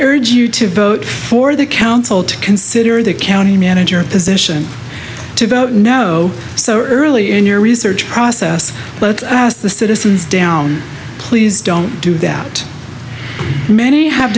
urge you to vote for the council to consider the county manager position to vote no so early in your research process but the citizens down please don't do that many have